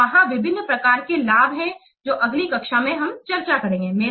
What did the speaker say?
तो वहाँ विभिन्न प्रकार के लाभ हैं जो अगली कक्षा में चर्चा करेंगे